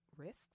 risks